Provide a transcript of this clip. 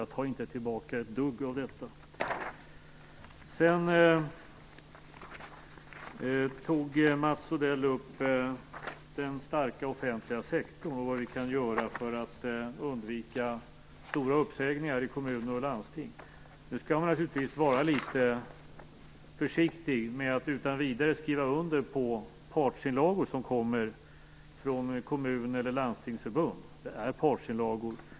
Jag tar inte tillbaka ett dugg av detta. Sedan tog Mats Odell upp den starka offentliga sektorn och vad vi kan göra för att undvika stora uppsägningar i kommuner och landsting. Nu skall man naturligtvis vara litet försiktig med att utan vidare skriva under på partsinlagor som kommer från Kommun eller Landstingsförbunden. Det är partsinlagor.